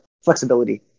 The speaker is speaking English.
flexibility